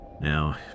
Now